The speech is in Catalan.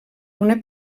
una